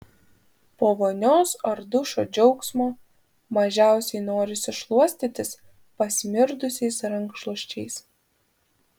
po vonios ar dušo džiaugsmo mažiausiai norisi šluostytis pasmirdusiais rankšluosčiais